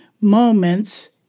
moments